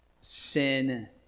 sin